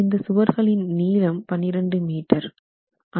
இந்த சுவர்களின் நீளம் 12 மீட்டர் ஆகும்